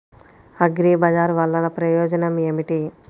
అగ్రిబజార్ వల్లన ప్రయోజనం ఏమిటీ?